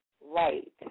right